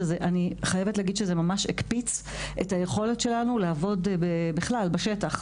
אני חייבת להגיד שזה ממש הקפיץ את היכולת שלנו לעבוד בכלל בשטח,